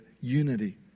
unity